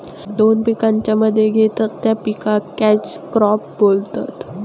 दोन पिकांच्या मध्ये घेतत त्या पिकाक कॅच क्रॉप बोलतत